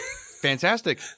Fantastic